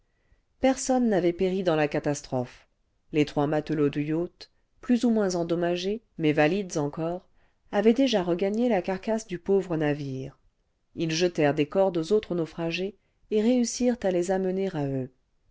personne n'avait péri dans la catastrophe lë s trois matelots du yacht plus ou moins endommagés mais valides'encore avaient déjà regagné la carcasse du pauvre navire ils jetèrent des cordes aux autres'naufragés et réussirent aies amener à eux